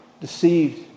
deceived